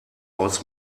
aus